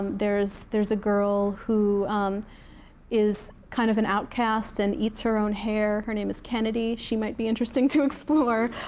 there's there's a girl who is kind of an outcast and eats her own hair. her name is kennedy. she might be interesting to explore.